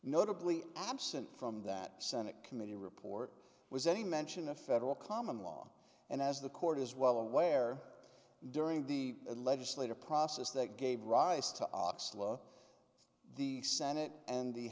notably absent from that senate committee report was any mention of federal common law and as the court is well aware during the legislative process that gave rise to ox law the senate and the